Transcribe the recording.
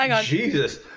Jesus